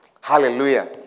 Hallelujah